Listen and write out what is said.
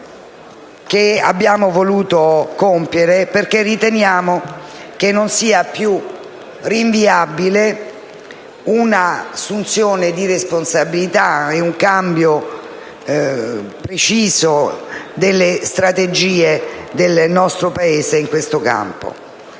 che abbiamo voluto compiere, perché riteniamo che non sia più rinviabile un'assunzione di responsabilità e un cambio deciso delle strategie del nostro Paese in questo campo.